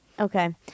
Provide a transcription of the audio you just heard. Okay